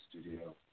studio